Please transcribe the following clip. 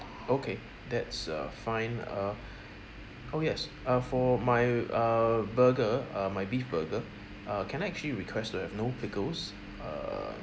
okay that's uh fine uh oh yes uh for my err burger uh my beef burger uh can I actually request to have no pickles err